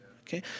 Okay